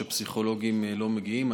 שפסיכולוגים לא מגיעים.